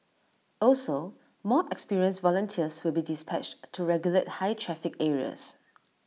also more experienced volunteers will be dispatched to regulate high traffic areas